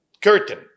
curtain